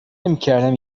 نمیکردم